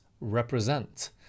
represent